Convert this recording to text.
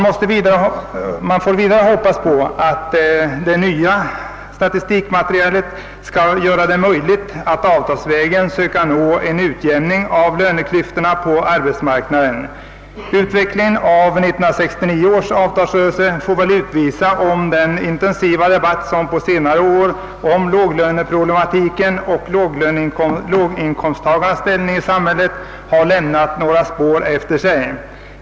Man får vidare hoppas att detta nya statistikmaterial skall göra det möjligt att avtalsvägen nå en utjämning av löneklyftorna på arbetsmarknaden. Utvecklingen av 1969 års avtalsrörelse får väl visa om den intensiva debatten på senare år om låglöneproblemet och låginkomsttagarnas ställning i samhället har lämnat några spår efter sig.